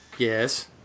Yes